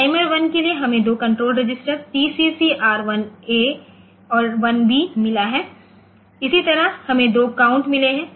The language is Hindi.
टाइमर 1 के लिए हमें 2 कंट्रोल रजिस्टर TCCR 1A और 1B मिला है इसी तरह हमें 2 काउंट मिले हैं